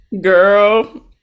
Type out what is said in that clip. Girl